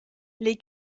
les